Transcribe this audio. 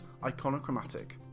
Iconochromatic